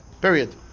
Period